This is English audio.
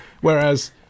whereas